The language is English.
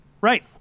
Right